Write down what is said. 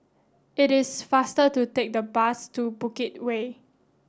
it is faster to take the bus to Bukit Way